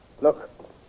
Look